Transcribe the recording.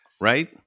right